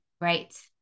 Right